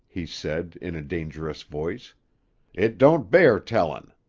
he said in a dangerous voice it don't bear tellin'.